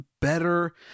better